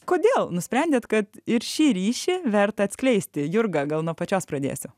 kodėl nusprendėt kad ir šį ryšį verta atskleisti jurga gal nuo pačios pradėsiu